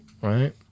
right